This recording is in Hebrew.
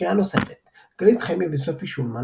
לקריאה נוספת גלית חמי וסופי שולמן,